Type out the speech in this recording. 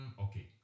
okay